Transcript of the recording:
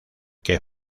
que